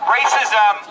racism